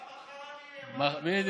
גם מחר אני אהיה, מה אתה דואג.